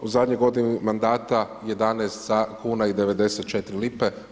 U zadnjoj godini mandata 11 kuna i 94 lipe.